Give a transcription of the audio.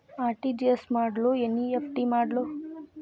RTGS ಮಾಡ್ಲೊ NEFT ಮಾಡ್ಲೊ?